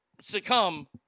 succumb